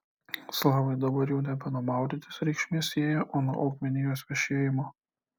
slavai dabar jau nebe nuo maudytis reikšmės sieja o nuo augmenijos vešėjimo